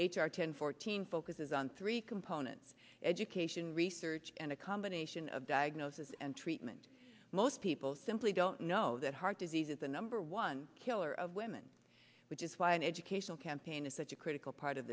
r ten fourteen focuses on three components education research and a combination of diagnosis and treatment most people simply don't know that heart disease is the number one killer of women which is why an educational campaign is such a critical part of